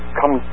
come